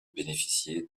bénéficier